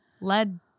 Lead